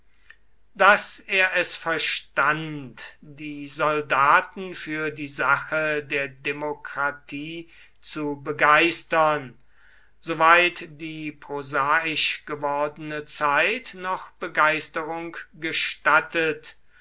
daß er es verstand die soldaten für die sache der demokratie zu begeistern soweit die prosaisch gewordene zeit noch begeisterung gestattet